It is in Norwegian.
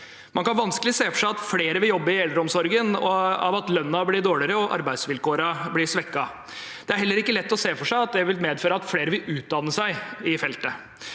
Man kan vanskelig se for seg at flere vil jobbe i eldreomsorgen av at lønna blir dårligere og arbeidsvilkårene svekket. Det er heller ikke lett å se for seg at det vil medføre at flere vil utdanne seg innen feltet.